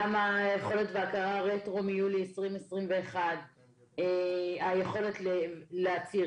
גם היכולת וההכרה רטרו מיולי 2021, היכולת להצהיר.